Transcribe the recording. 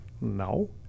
no